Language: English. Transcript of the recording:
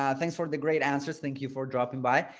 um thanks for the great answers. thank you for dropping by.